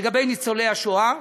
לגבי ניצולי השואה,